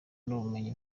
nubumenyi